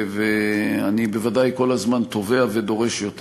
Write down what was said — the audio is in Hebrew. ואני בוודאי כל הזמן תובע ודורש יותר.